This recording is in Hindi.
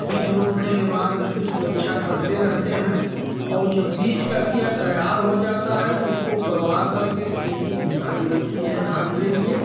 बीज रोपने के बाद उसकी सुरक्षा करते रहते हैं और जब बीज का किया तैयार हो जाता है तो उसको उखड़वा कर के खेत की जुताई होती है धान के लिए